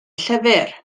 llyfr